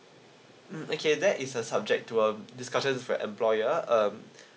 mm okay that is uh subject to um discussions with employer um